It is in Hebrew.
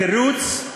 התירוץ,